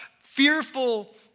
fearful